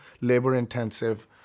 labor-intensive